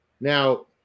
Now